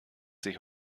sich